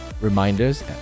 reminders